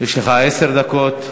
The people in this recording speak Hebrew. יש לך עשר דקות.